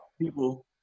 people